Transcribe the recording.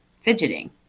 fidgeting